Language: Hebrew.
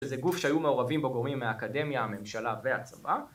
זה גוף שהיו מעורבים בגורמים מהאקדמיה הממשלה והצבא